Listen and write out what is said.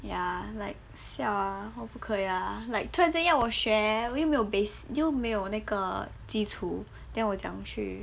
ya like siao ah 然后不可 lah like 突然间要我学我又没有 base 又没有那个基础 then 我讲去